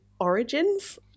origins